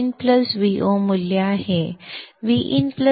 जे Vin Vo मूल्य आहे